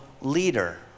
leader